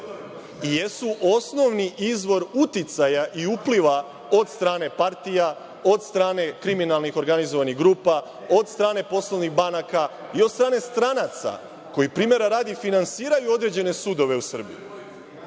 i jesu izvor uticaja i upliva od strane partija, od strane kriminalnih organizovanih grupa, od strane poslovnih banaka i od strane stranaca, koji primera radi finansiraju određene sudove u Srbiji